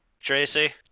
Tracy